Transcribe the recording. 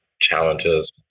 challenges